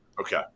Okay